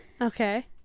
Okay